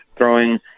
throwing